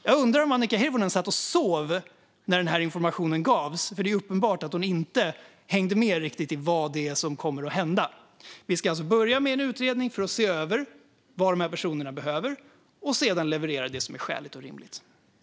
Jag undrar om Annika Hirvonen satt och sov när informationen gavs. Det är uppenbart att hon inte hängde med riktigt i vad som kommer att hända. Vi ska alltså börja med en utredning för att se över vad dessa personer behöver och sedan leverera det som är skäligt och rimligt.